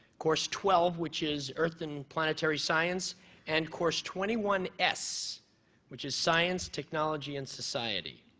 course twelve which is earth and planetary science and course twenty one s which is science, technology and society.